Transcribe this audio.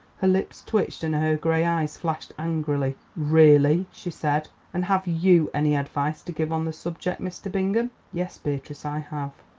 her lips twitched and her grey eyes flashed angrily. really, she said, and have you any advice to give on the subject, mr. bingham? yes, beatrice, i have.